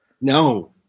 No